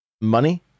money